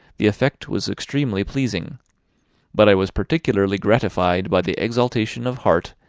the effect was extremely pleasing but i was particularly gratified by the exaltation of heart,